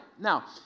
Now